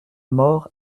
mort